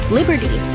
liberty